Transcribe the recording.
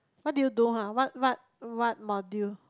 what did you do ha what what what module